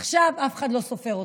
עכשיו אף אחד לא סופר אותך.